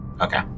Okay